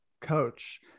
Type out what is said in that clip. coach